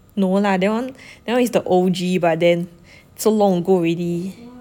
no lah that one that one is the O_G but then so long ago already